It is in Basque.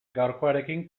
gaurkoarekin